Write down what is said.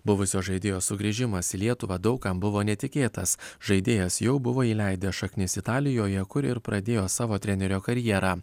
buvusio žaidėjo sugrįžimas į lietuvą daug kam buvo netikėtas žaidėjas jau buvo įleidęs šaknis italijoje kur ir pradėjo savo trenerio karjera